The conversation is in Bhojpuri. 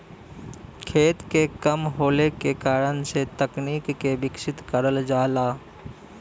खेत के कम होले के कारण से तकनीक के विकसित करल जाला